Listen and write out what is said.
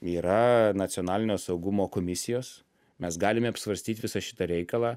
yra nacionalinio saugumo komisijos mes galime apsvarstyt visą šitą reikalą